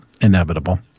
Inevitable